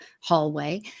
hallway